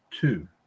two